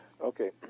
Okay